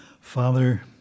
Father